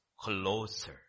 closer